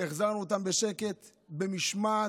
והחזרנו אותם בשקט, במשמעת.